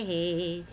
Hey